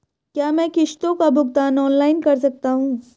क्या मैं किश्तों का भुगतान ऑनलाइन कर सकता हूँ?